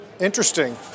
Interesting